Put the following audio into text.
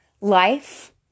life